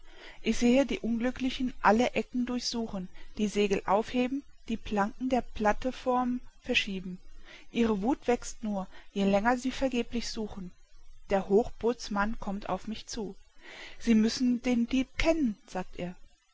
ich sehe die unglücklichen alle ecken durchsuchen die segel aufheben die planken der plateform verschieben ihre wuth wächst nur je länger sie vergeblich suchen der hochbootsmann kommt auf mich zu sie müssen den dieb kennen sagt er